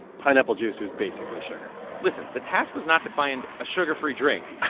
pineapple juice is basically sugar listen. the task was not to find a sugar-free drink.